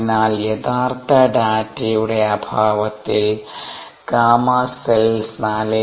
അതിനാൽ യഥാർത്ഥ ഡാറ്റയുടെ അഭാവത്തിൽ Γcells 4